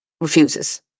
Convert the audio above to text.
refuses